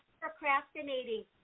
procrastinating